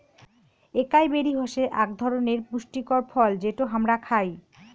একাই বেরি হসে আক ধরণনের পুষ্টিকর ফল যেটো হামরা খাই